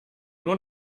nur